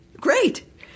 great